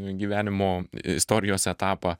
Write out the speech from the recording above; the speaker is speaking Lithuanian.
gyvenimo istorijos etapą